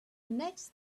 next